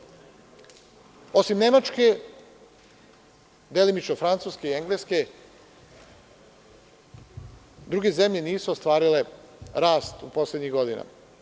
Osim Nemačke, delimično Francuske i Engleske, druge zemlje nisu ostvarile rast u poslednjim godinama.